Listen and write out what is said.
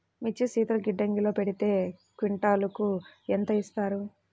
మిర్చి శీతల గిడ్డంగిలో పెడితే క్వింటాలుకు ఎంత ఇస్తారు?